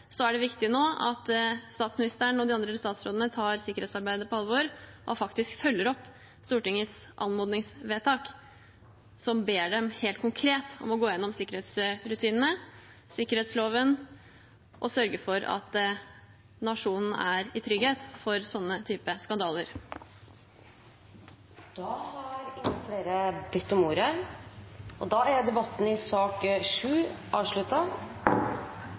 er det viktig nå at statsministeren og de andre statsrådene tar sikkerhetsarbeidet på alvor og faktisk følger opp Stortingets anmodningsvedtak, som ber dem helt konkret om å gå gjennom sikkerhetsrutinene og sikkerhetsloven og sørge for at nasjonen er i trygghet for sånne typer skandaler. Flere har ikke bedt om ordet